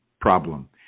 problem